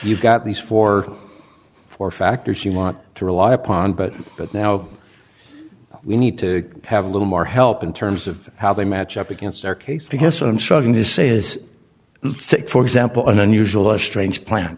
you've got these four four factors you want to rely upon but but now we need to have a little more help in terms of how they match up against their case they guess what i'm trying to say is for example an unusual or strange plan